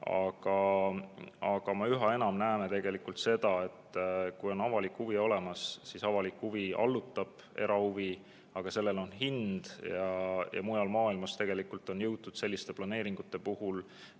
aga üha enam me näeme tegelikult seda, et kui on avalik huvi olemas, siis avalik huvi allutab erahuvi. Aga sellel on hind. Ja mujal maailmas tegelikult on jõutud selliste planeeringute puhul